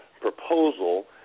proposal